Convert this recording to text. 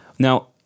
Now